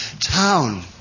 town